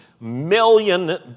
million